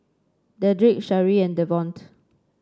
Dedrick Sharee and Devonte